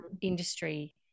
industry